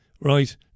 right